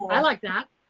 i like that.